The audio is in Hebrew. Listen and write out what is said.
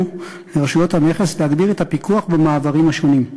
לרשויות המכס להגביר את הפיקוח במעברים השונים.